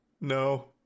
no